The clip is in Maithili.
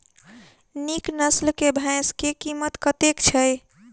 नीक नस्ल केँ भैंस केँ कीमत कतेक छै?